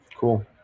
Cool